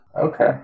Okay